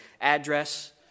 address